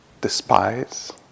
despise